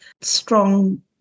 strong